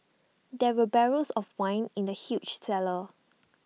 there were barrels of wine in the huge cellar